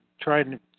trying